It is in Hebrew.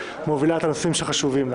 על האופן שבו את מובילה את הנושאים שחשובים לך.